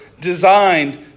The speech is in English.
designed